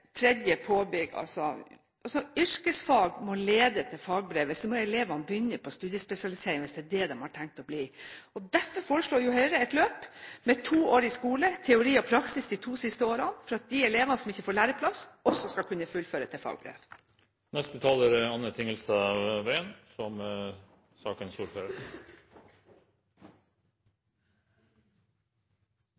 Yrkesfag må lede til fagbrev, eller så må elvene begynne på studiespesialisering – hvis det er det de har tenkt seg. Derfor foreslår Høyre et toårig løp med teori og praksis, slik at de elevene som ikke får læreplass, også skal kunne ta fagbrev. Jeg har lyst til